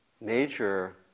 major